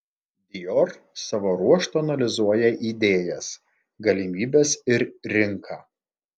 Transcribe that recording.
dior savo ruožtu analizuoja idėjas galimybes ir rinką